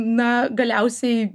na galiausiai